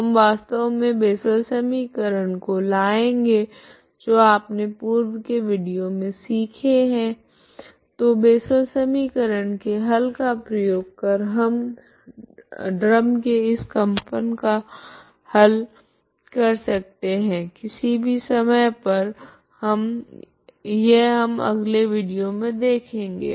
तो हम वास्तव मे बेसल समीकरण को लाएगे जो आपने पूर्व के विडियो मे सीखिए है तो बेसल समीकरण के हल का प्रयोग कर हम ड्रम के इस कंपन का हल कर सकते है किसी भी समय पर यह हम अगले विडियो मे देखेगे